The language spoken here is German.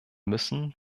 müssen